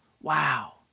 Wow